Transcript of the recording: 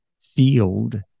field